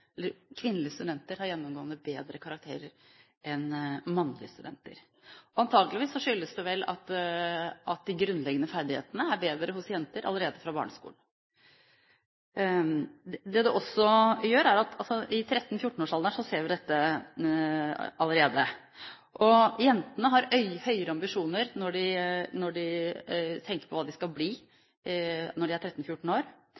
enn mannlige studenter. Antagelig skyldes det at de grunnleggende ferdighetene er bedre hos jenter allerede fra barneskolen. Allerede i 13–14-årsalderen ser vi dette. Jenter har høyere ambisjoner når de tenker på hva de skal bli, når de er 13–14 år.